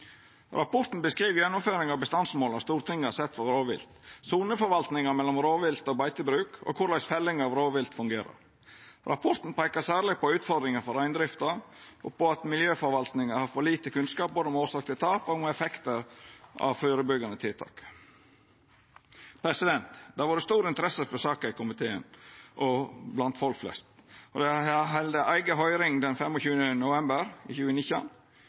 Rapporten beskriv gjennomføringa av bestandsmåla Stortinget har sett for rovvilt, soneforvaltninga mellom rovvilt og beitebruk og korleis felling av rovvilt fungerer. Rapporten peikar særleg på utfordringar for reindrifta og på at miljøforvaltninga har for lite kunnskap både om årsak til tap og om effektar av førebyggjande tiltak. Det har vore stor interesse for saka i komiteen og blant folk flest. Vi har halde ei eiga høyring den 25. november i 2019.